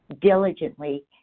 diligently